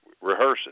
rehearsing